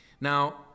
Now